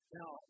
Now